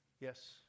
Yes